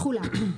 תחולה2.